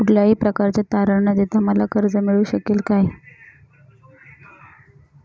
कुठल्याही प्रकारचे तारण न देता मला कर्ज मिळू शकेल काय?